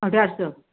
અઢારસો